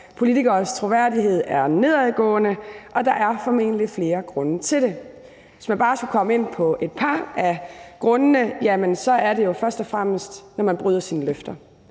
politikeres troværdighed er for nedadgående, og der er formentlig flere grunde til det. Hvis man bare skulle komme ind på et par af grundene, er det først og fremmest, at man bryder sine løfter.